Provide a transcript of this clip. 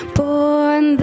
born